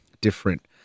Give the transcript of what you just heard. different